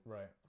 Right